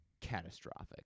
catastrophic